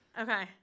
Okay